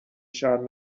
شهر